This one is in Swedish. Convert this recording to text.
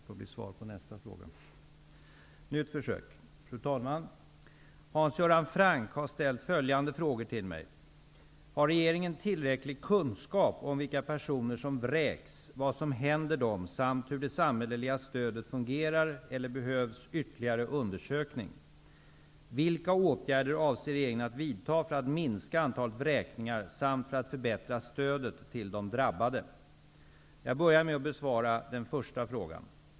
Fru talman! Hans Göran Franck har ställt följande frågor till mig: Jag börjar med att besvara den första frågan.